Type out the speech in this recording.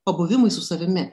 pabuvimui su savimi